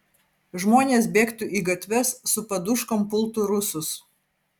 žmonės bėgtų į gatves su paduškom pultų rusus